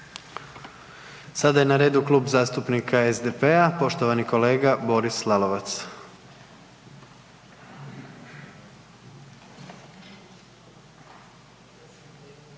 Sada je na redu Klub zastupnika SDP-a, poštovani kolega Boris Lalovac.